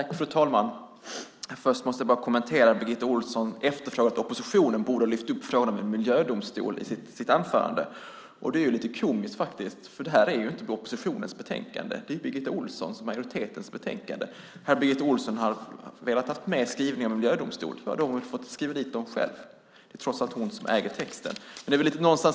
Fru talman! Jag måste kommentera att Birgitta Ohlsson i sitt anförande tycker att oppositionen borde ha lyft upp frågan om en miljödomstol. Det är lite komiskt. Det här är ju inte oppositionens betänkande. Det är ju Birgitta Ohlssons och majoritetens betänkande. Om Birgitta Ohlsson hade velat ha med en skrivning om en miljödomstol hade hon kunnat skriva dit den själv. Det är trots allt Birgitta Ohlsson som äger texten.